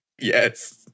Yes